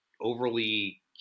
overly